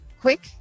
quick